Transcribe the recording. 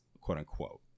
quote-unquote